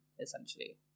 essentially